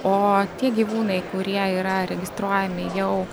o tie gyvūnai kurie yra registruojami jau